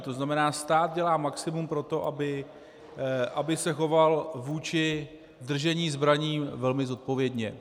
To znamená, stát dělá maximum pro to, aby se choval vůči držení zbraní velmi zodpovědně.